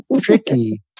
tricky